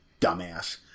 dumbass